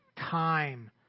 time